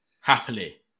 Happily